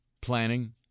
planning